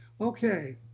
Okay